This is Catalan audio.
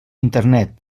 internet